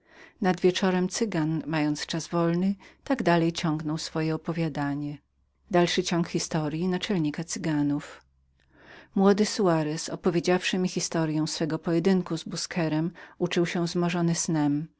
nad wieczorem cygan mając czas wolny tak dalej ciągnął swoje opowiadanie młody soarez opowiedziawszy mi historyę swego pojedynku z busquerem uczuł się zmorzony snem